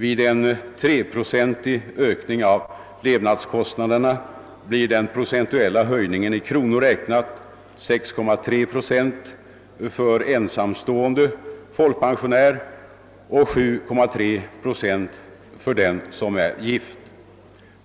Vid en treprocentig ökning av levnadskostnaderna blir den procentuella höjningen, i kronor räknat, 6,3 procent för ensamstående folkpensionär och 7,3 procent för den som är gift.